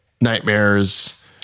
nightmares